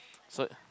so